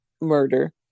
murder